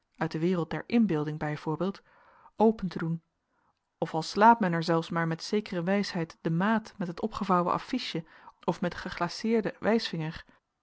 uit de wereld der inbeelding bij voorbeeld open te doen of al slaat men er zelfs maar met zekere wijsheid de maat met het opgevouwen affiche of met den geglaceerden wijsvinger